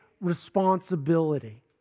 responsibility